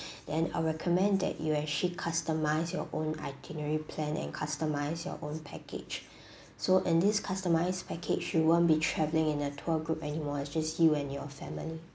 then I recommend that you actually customize your own itinerary plan and customize your own package so in this customized package you won't be traveling in a tour group anymore it's just you and your family